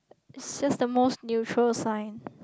is just the most neutral sign